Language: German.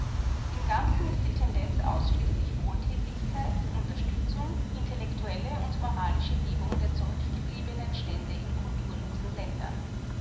im ganzen ist die tendenz ausschließlich wohltätigkeit unterstützung intellektuelle und moralische hebung der zurückgebliebenen stände in kulturlosen ländern